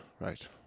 right